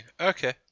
okay